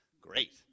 great